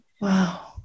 Wow